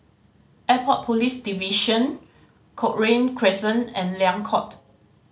Airport Police Division Cochrane Crescent and Liang Court